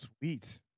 Sweet